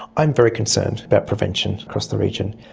i'm very concerned about prevention across the region,